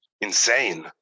insane